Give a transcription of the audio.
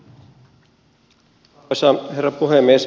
arvoisa herra puhemies